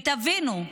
ותבינו,